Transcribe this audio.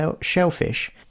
Shellfish